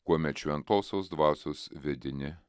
kuomet šventosios dvasios vedini